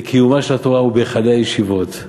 וקיומה של התורה הוא בהיכלי הישיבות.